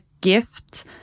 gift